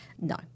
No